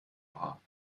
war